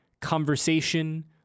conversation